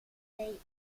dig